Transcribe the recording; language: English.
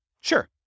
Sure